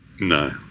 No